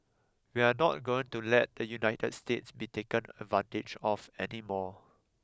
we are not going to let the United States be taken advantage of any more